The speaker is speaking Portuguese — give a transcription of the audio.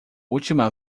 última